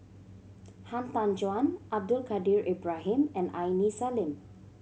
Han Tan Juan Abdul Kadir Ibrahim and Aini Salim